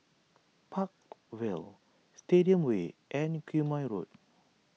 Park Vale Stadium Way and Quemoy Road